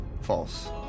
false